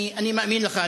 אני מאמין לך,